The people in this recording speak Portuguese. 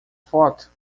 foto